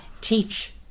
teach